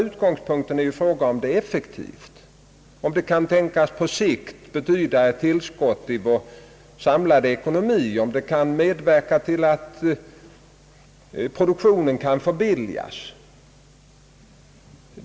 Utgångspunkten bör vara om det är effektivt, om det kan tänkas på lång sikt betyda ett tillskott till vår samlade ekonomi och om det kan medverka till att produktionen förbilligas.